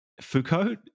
Foucault